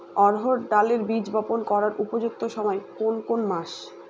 অড়হড় ডালের বীজ বপন করার উপযুক্ত সময় কোন কোন মাস?